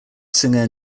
singer